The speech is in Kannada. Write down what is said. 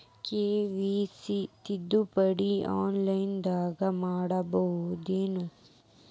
ಕೆ.ವೈ.ಸಿ ತಿದ್ದುಪಡಿ ಆನ್ಲೈನದಾಗ್ ಮಾಡ್ಬಹುದೇನು?